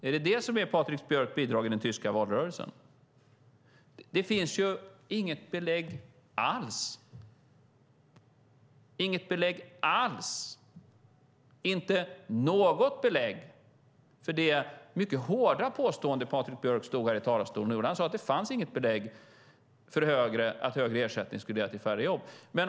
Är det detta som är Patrik Björcks bidrag i den tyska valrörelsen? Det finns inget belägg, inte något belägg alls, för det mycket hårda påstående Patrik Björck gjorde i talarstolen. Han sade att det inte fanns något belägg för att högre ersättning skulle leda till färre jobb.